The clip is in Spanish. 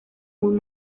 muy